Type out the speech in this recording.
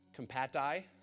compati